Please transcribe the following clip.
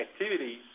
activities